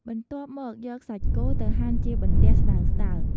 បន្ទាប់មកយកសាច់គោទៅហាន់ជាបន្ទះស្ដើងៗ។